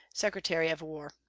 secretary of war.